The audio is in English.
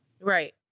Right